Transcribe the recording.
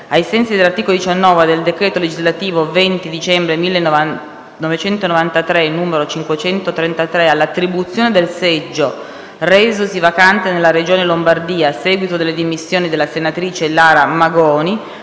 ai sensi dell'articolo 19 del decreto legislativo 20 dicembre 1993, n. 533, all'attribuzione del seggio resosi vacante nella Regione Lombardia a seguito delle dimissioni della senatrice Lara Magoni,